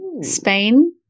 Spain